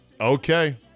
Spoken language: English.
Okay